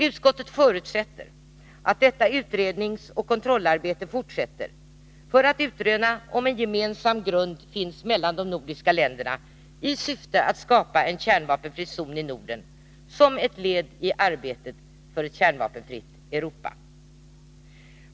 Utskottet förutsätter att detta utredningsoch kontaktarbete fortsätter för att man skall kunna utröna om en gemensam grund finns mellan de nordiska länderna i syfte att skapa en kärnvapenfri zon i Norden som ett led i arbetet för ett kärnvapenfritt Europa.